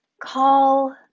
call